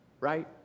right